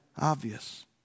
obvious